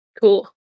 Cool